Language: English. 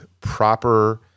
proper